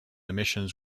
missions